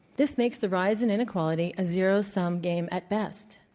this makes the rise in inequality a zero sum game at best.